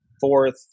fourth